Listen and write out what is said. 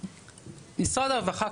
משרד הרווחה,